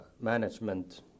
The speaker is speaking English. management